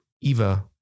Eva